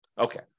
Okay